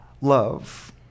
love